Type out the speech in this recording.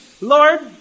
Lord